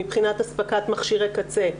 מבחינת אספקת מכשירי קצה,